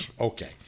okay